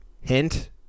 Hint